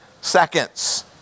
seconds